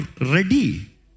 ready